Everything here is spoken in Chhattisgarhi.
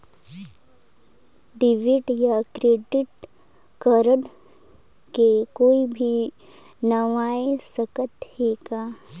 डेबिट या क्रेडिट कारड के कोई भी बनवाय सकत है का?